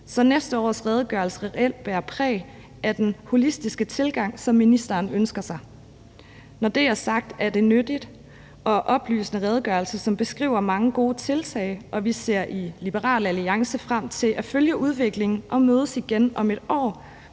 så næste års redegørelse reelt bærer præg af den holistiske tilgang, som ministeren ønsker sig. Når det er sagt, er det en nyttig og oplysende redegørelse, som beskriver mange gode tiltag. Vi ser i Liberal Alliance frem til at følge udviklingen og til at mødes igen om et år